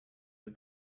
del